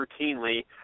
routinely